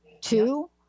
Two